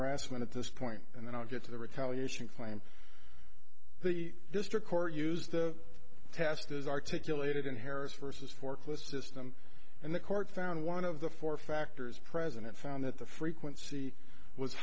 harassment at this point and then i'll get to the retaliation claim the district court used the test as articulated in harris versus forklifts system and the court found one of the four factors president found that the frequency w